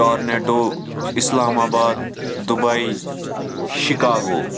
tornado Islamabad Dubai Chicago